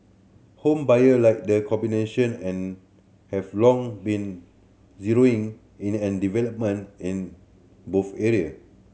home buyer like the combination and have long been zeroing in an development in both area